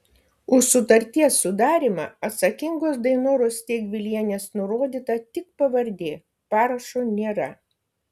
už sutarties sudarymą atsakingos dainoros steigvilienės nurodyta tik pavardė parašo nėra